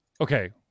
okay